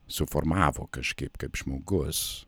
suformavo kažkaip kaip žmogus